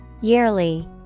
Yearly